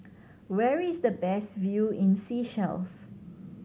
where is the best view in Seychelles